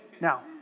Now